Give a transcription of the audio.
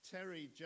Terry